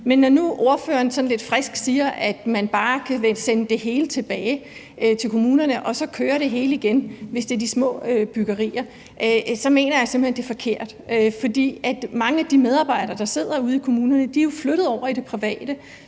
sådan lidt frisk siger, at man bare kan sende det hele tilbage til kommunerne, og så kører det hele igen, hvis det er de små byggerier, så mener jeg simpelt hen, det er forkert. For mange af de medarbejdere, der sidder ude i kommunerne, er jo flyttet over i det private.